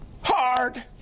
hard